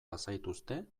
bazaituzte